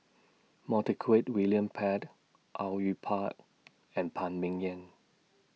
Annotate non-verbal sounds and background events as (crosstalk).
(unintelligible) William Pett Au Yue Pak and Phan Ming Yen